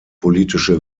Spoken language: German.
politische